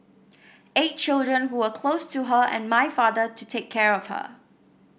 eight children who were close to her and my father to take care of her